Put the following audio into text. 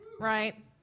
Right